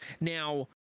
Now